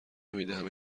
نمیدهم